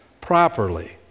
properly